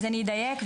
אני אדייק.